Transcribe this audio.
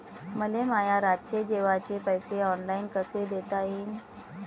मले माया रातचे जेवाचे पैसे ऑनलाईन कसे देता येईन?